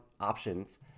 options